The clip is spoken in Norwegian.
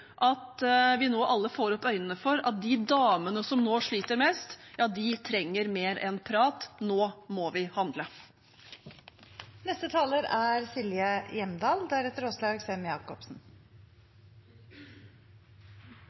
at vi nå alle får opp øynene for at de damene som nå sliter mest, ja, de trenger mer enn prat. Nå må vi